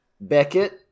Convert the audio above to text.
Beckett